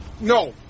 No